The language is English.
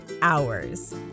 hours